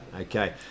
Okay